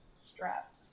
Strap